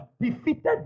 defeated